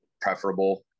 preferable